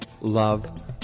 love